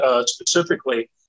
specifically